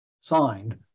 signed